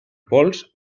pols